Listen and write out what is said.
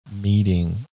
meeting